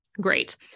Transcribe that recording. Great